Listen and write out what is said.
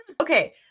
okay